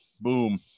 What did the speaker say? Boom